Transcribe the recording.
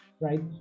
right